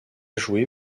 joué